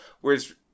whereas